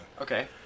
Okay